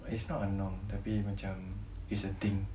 it's not a norm tapi macam it's a thing